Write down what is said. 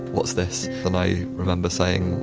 what's this? and i remember saying,